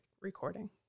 recording